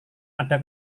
ada